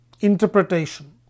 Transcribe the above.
interpretation